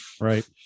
Right